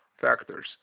factors